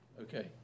Okay